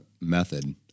method